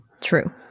True